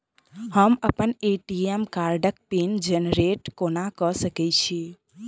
हम अप्पन ए.टी.एम कार्डक पिन जेनरेट कोना कऽ सकैत छी?